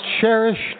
cherished